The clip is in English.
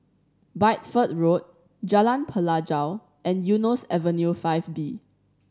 Bideford Road Jalan Pelajau and Eunos Avenue Five B